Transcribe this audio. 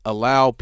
Allow